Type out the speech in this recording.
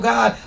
God